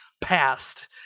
past